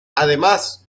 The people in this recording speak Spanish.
además